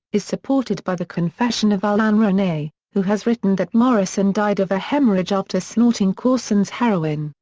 is supported by the confession of alain ronay, who has written that morrison died of a hemorrhage after snorting courson's heroin,